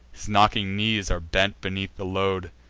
his knocking knees are bent beneath the load,